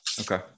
Okay